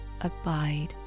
abide